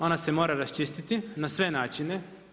Ona se mora raščistiti na sve načine.